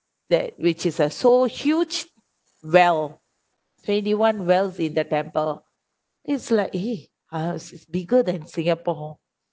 that which is uh so huge well twenty-one wells in the temple is like eh uh it's bigger than singapore